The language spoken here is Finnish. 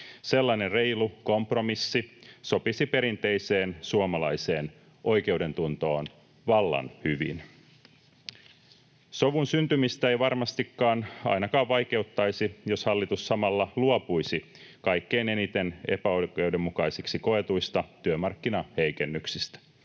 Sellainen reilu kompromissi sopisi perinteiseen suomalaiseen oikeudentuntoon vallan hyvin. Sovun syntymistä ei varmastikaan ainakaan vaikeuttaisi, jos hallitus samalla luopuisi kaikkein eniten epäoikeudenmukaisiksi koetuista työmarkkinaheikennyksistä,